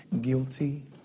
guilty